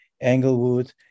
Englewood